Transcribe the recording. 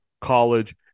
college